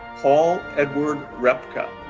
paul edward rzepka.